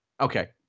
Okay